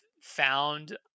found